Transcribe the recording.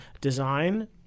design